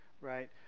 Right